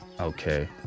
Okay